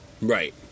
Right